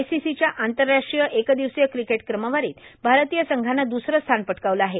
आयसीसीच्या आंतरराष्ट्रीय एक दिवसीय क्रिकेट क्रमवारीत भारतीय संघानं दुसरं स्थान पटकावलं आहे